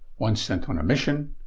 one sent on a mission,